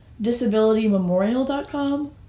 disabilitymemorial.com